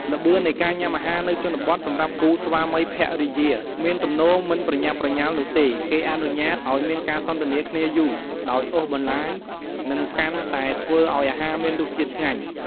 ល្បឿននៃញាំអាហារនៅជនបទសម្រាប់គូស្វាមីភរិយាមានទំនោរមិនប្រញាប់ប្រញាលនោះទេ គេអនុញ្ញាតឱ្យមានការសន្ទនាគ្នាយូរ ដោយអូសបន្លាយ និងកាន់តែធ្វើឲ្យអាហារមានរសជាតិឆ្ងាញ់។